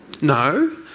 No